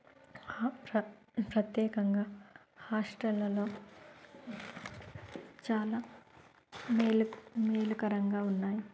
ప్రత్ ప్రత్యేకంగా హాస్టల్లలో చాలా మేలు మేలు కరంగా ఉన్నాయి